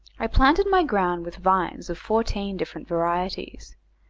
i planted my ground with vines of fourteen different varieties,